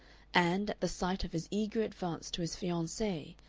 and, at the sight of his eager advance to his fiancee,